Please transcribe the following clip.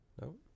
No